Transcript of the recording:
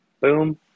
Boom